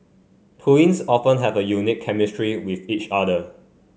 twins often have a unique chemistry with each other